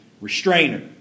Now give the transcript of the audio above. restrainer